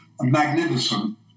Magnificent